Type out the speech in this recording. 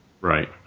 Right